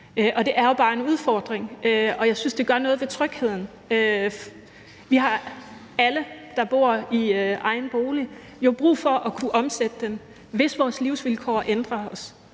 det er jo bare en udfordring, og jeg synes, det gør noget ved trygheden. Vi har jo alle, der bor i egen bolig, brug for at kunne omsætte den, hvis vores livsvilkår ændrer sig.